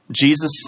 Jesus